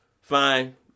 fine